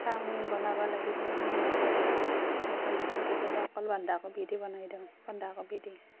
chowmein বনাব লাগিলেও আমি এনেকে বনাওঁ নতুন নতুন কেতিয়াবা অকল বন্ধাকবি দি বনাই দিওঁ বন্ধাকবি দি